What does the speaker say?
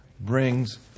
brings